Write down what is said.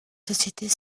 sociétés